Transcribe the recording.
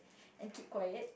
and keep quiet